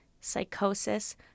psychosis